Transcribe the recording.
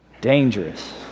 Dangerous